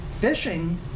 fishing